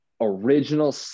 original